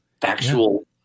factual